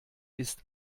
ist